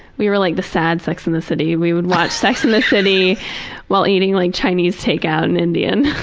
we were like the sad sex and the city. we would watch sex and the city while eating like chinese takeout and indian.